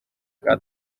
bwa